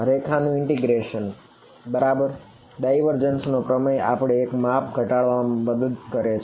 રેખાનું integral નો પ્રમેય આપણને એક માપ ધટાડવામાં મદદ કરે છે